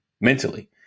mentally